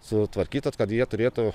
sutvarkytos kad jie turėtų